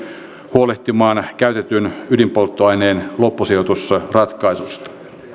huolehtimaan käytetyn ydinpolttoaineen loppusijoitusratkaisusta